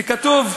שכתוב: